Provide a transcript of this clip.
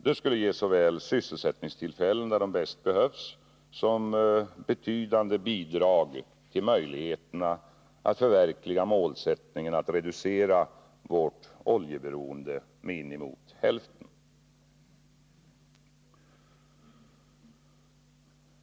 Det skulle ge såväl sysselsättningstillfällen där de bäst behövs som betydande bidrag till möjligheterna att förverkliga målsättningen att reducera vårt oljeberoende med innemot hälften.